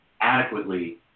adequately